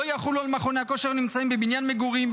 לא יחולו על מכון כושר הנמצא בבניין מגורים,